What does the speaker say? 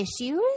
issues